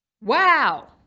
Wow